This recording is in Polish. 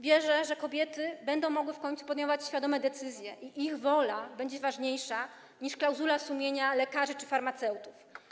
Wierzę, że kobiety będą mogły w końcu podejmować świadome decyzje i ich wola będzie ważniejsza niż klauzula sumienia lekarzy czy farmaceutów.